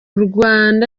rwanda